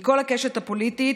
מכל הקשת הפוליטית,